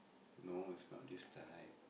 no it's not this type